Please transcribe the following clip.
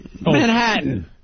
Manhattan